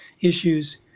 issues